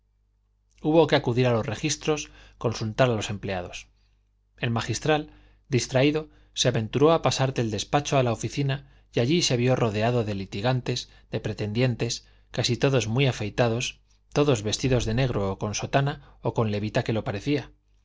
hubo que acudir a los registros consultar a los empleados el magistral distraído se aventuró a pasar del despacho a la oficina y allí se vio rodeado de litigantes de pretendientes casi todos muy afeitados todos vestidos de negro o con sotana o con levita que lo parecía